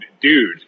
dude